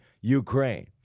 Ukraine